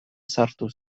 sartu